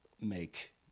make